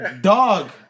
Dog